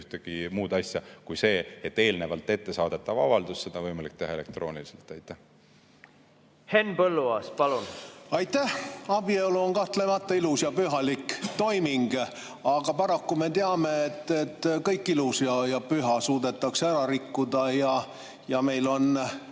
ühtegi muud asja kui see, et eelnevalt ettesaadetavat avaldust on võimalik [saata] elektrooniliselt. Henn Põlluaas, palun! Aitäh! Abielu on kahtlemata ilus ja pühalik toiming, aga paraku me teame, et kõik ilus ja püha suudetakse ära rikkuda. Meil on